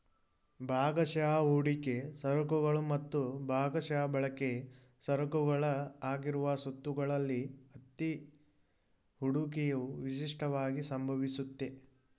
ಭಾಗಶಃ ಹೂಡಿಕೆ ಸರಕುಗಳು ಮತ್ತು ಭಾಗಶಃ ಬಳಕೆ ಸರಕುಗಳ ಆಗಿರುವ ಸುತ್ತುಗಳಲ್ಲಿ ಅತ್ತಿ ಹೂಡಿಕೆಯು ವಿಶಿಷ್ಟವಾಗಿ ಸಂಭವಿಸುತ್ತೆ